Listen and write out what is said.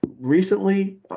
Recently